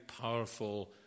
powerful